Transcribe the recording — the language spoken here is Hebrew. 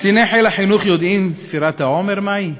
קציני חיל חינוך יודעים ספירת העומר מהי?